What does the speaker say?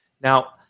Now